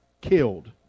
killed